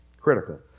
critical